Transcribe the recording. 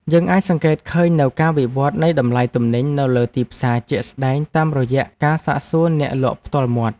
យើងអាចសង្កេតឃើញនូវការវិវត្តនៃតម្លៃទំនិញនៅលើទីផ្សារជាក់ស្ដែងតាមរយៈការសាកសួរអ្នកលក់ផ្ទាល់មាត់។